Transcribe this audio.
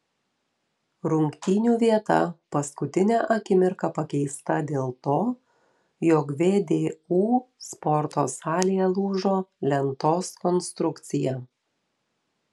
rungtynių vieta paskutinę akimirką pakeista dėl to jog vdu sporto salėje lūžo lentos konstrukcija